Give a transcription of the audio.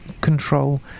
control